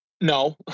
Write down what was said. No